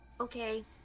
Okay